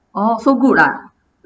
orh so good ah